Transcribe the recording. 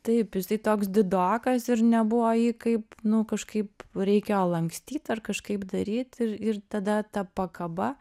taip jisai toks didokas ir nebuvo jį kaip nu kažkaip reikėjo lankstyt ar kažkaip daryt ir ir tada ta pakaba